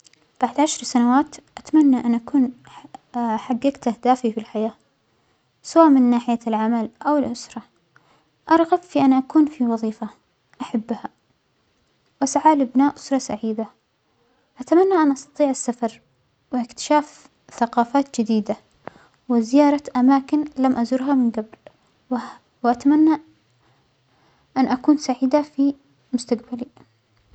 بعد عشر سنوات أتمنى أن أكون حججت أهدافى في الحياة سواء من ناحية العمل أو الأسرة، أرغب في أن أكون في وظيفة أحبها أسعى لبناء أسرة سعيدة، أتمنى أن أستطيع السفر وإكتشاف ثقافات جديدة وزيارة أماكن لم أزورها من جبل، و وأتمنى أن أكون سعيدة في مستجبلى.